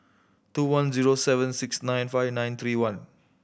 two one zero seven six nine five nine three one